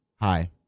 Hi